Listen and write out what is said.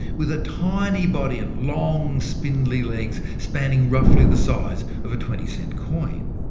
with a tiny body and long spindly legs spanning roughly the size of a twenty cent coin.